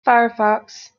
firefox